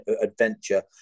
adventure